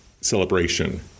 celebration